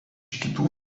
kitų